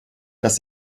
dass